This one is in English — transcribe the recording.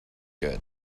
good